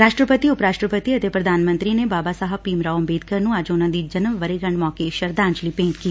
ਰਾਸ਼ਟਰਪਤੀ ਉਪ ਰਾਸ਼ਟਰਪਤੀ ਅਤੇ ਪੁਧਾਨ ਮੰਤਰੀ ਨੇ ਬਾਬਾ ਸਾਹਿਬ ਭੀਮ ਰਾਓ ਅੰਬੇਡਕਰ ਨੂੰ ਅੱਜ ਉਨਾਂ ਦੀ ਜਨਮ ਵਰੇਗੰਢ ਮੌਕੇ ਸ਼ਰਧਾਜਲੀ ਭੇਟ ਕੀਡੀ